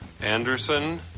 Anderson